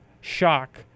shock